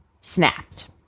snapped